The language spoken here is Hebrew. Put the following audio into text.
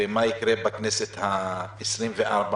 מה יקרה בכנסת העשרים-וארבע